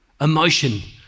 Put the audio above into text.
emotion